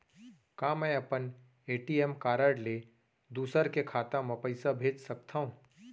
का मैं अपन ए.टी.एम कारड ले दूसर के खाता म पइसा भेज सकथव?